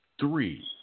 three